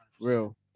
Real